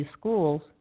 schools